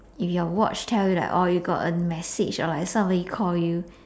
if your watch tell you like oh you got a message or like somebody call you